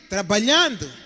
Trabalhando